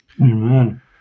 amen